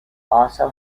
also